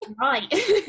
right